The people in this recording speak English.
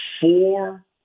four